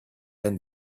and